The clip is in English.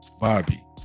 Bobby